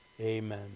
Amen